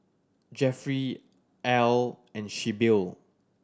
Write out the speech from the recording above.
Jeffry Al and Sybil